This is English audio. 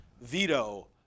veto